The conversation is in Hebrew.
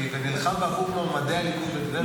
ונלחם בעבור מועמדי הליכוד בטבריה.